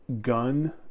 gun